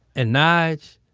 and nyge,